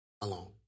alone